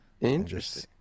Interesting